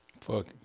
Fuck